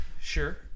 Sure